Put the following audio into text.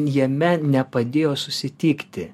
jame nepadėjo susitikti